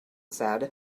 said